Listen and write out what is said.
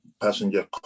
passenger